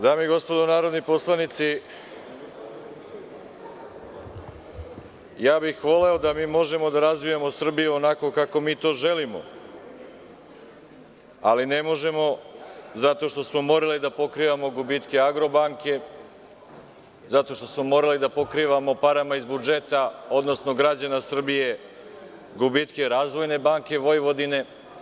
Dame i gospodo narodni poslanici, voleo bih da mi možemo da razvijemo Srbiju onako kako mi to želimo, ali ne možemo zato što smo morali da pokrivamo gubitke „Agrobanke“, zato što smo morali da pokrivamo parama iz budžeta, odnosno građana Srbije, gubitke „Razvojne banke Vojvodine“